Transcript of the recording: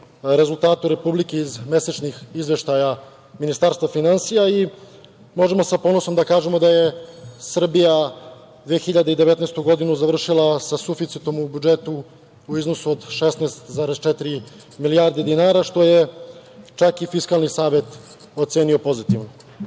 rezultatu republike iz mesečnih izveštaja Ministarstva finansija. Možemo sa ponosom da kažemo da je Srbija 2019. godinu završila sa suficitom u budžetu u iznosu od 16,4 milijardi dinara, što je čak i Fiskalni savet ocenio pozitivno. Usvajanjem